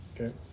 Okay